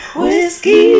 whiskey